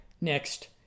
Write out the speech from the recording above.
next